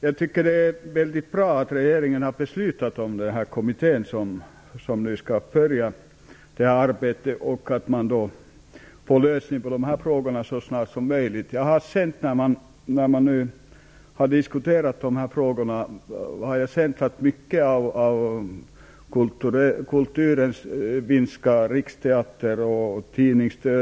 Jag tycker att det är mycket bra att regeringen har fattat beslut om den här kommittén, som nu skall börja sitt arbete så att man kan få en lösning av de här frågorna så snart som möjligt. När man har diskuterat de här frågorna har jag känt att många inom kulturområdet väntar på den här utredningen.